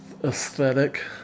aesthetic